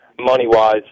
money-wise